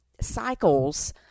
cycles